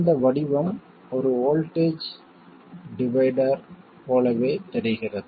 இந்த வடிவம் ஒரு வோல்ட்டேஜ் டிவைடர் போலவே தெரிகிறது